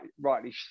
rightly